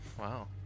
Wow